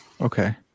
Okay